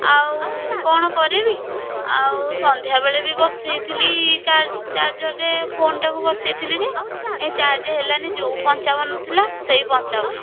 ଆଉ କ'ଣ କରିବି ଆଉ ସନ୍ଧ୍ୟା ବେଳେ ବି ବସେଇଥିଲି ଚାର୍ଜର୍ରେ ଫୋନ୍ଟାକୁ ବସେଇଥିଲି ଯେ କାଇଁ ଚାର୍ଜ ହେଲାନି ଯେଉଁ ପଞ୍ଚାବନ ଥିଲା ସେଇ ପଞ୍ଚାବନ